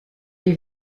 des